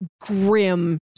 grim